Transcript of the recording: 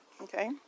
Okay